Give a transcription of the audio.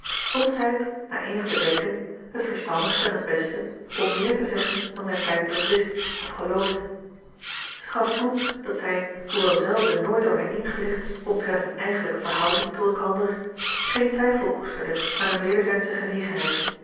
zij het na eenig bedenken het verstandigste en het beste om meer te zeggen dan zij feitelijk wist of geloofde zij gaf toe dat zij hoewel zelve nooit door hen ingelicht omtrent hunne eigenlijke verhouding tot elkander geen twijfel koesterde aan hun wederzijdsche genegenheid